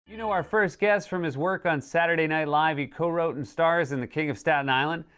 you know our first guest from his work on saturday night live. he co-wrote and stars in the king of staten island,